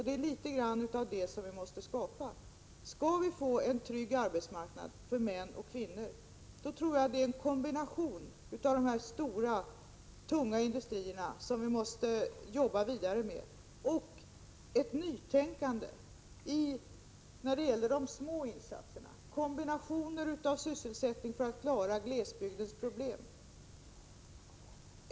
Det är litet grand av den andan som vi måste skapa. Skall vi få en trygg arbetsmarknad för män och kvinnor, tror jag att det är en kombination av de stora, tunga industrierna som vi måste jobba vidare med. Därtill behövs ett nytänkande när det gäller de små insatserna. Det behövs kombinationer av olika sysselsättningar för att vi skall klara glesbygdsproblemen.